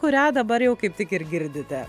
kurią dabar jau kaip tik ir girdite